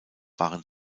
waren